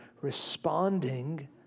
responding